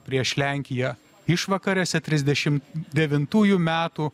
prieš lenkiją išvakarėse trisdešimt devintųjų metų